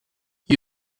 gli